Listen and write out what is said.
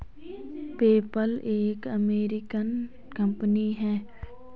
PayPal एक American company है